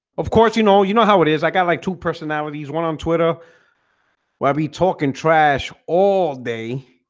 of course, you know, you know how it is. i got like two personalities one on twitter why are we talking trash all day?